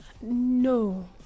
no